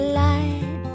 light